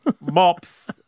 mops